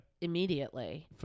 Immediately